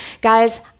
guys